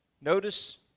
Notice